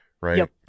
Right